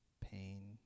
pain